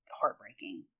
heartbreaking